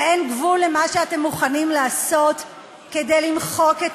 ואין גבול למה שאתם מוכנים לעשות כדי למחוק את